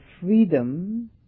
freedom